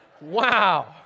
Wow